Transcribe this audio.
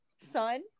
son